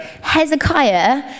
Hezekiah